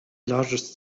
largest